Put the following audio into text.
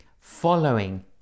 following